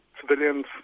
civilians